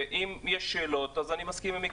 ואם יש שאלות אז אני מסכים עם חבר הכנסת